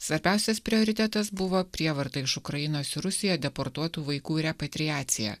svarbiausias prioritetas buvo prievarta iš ukrainos rusija deportuotų vaikų repatriacija